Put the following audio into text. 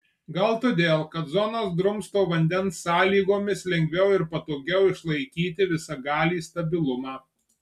gal todėl kad zonos drumsto vandens sąlygomis lengviau ir patogiau išlaikyti visagalį stabilumą